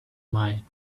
mine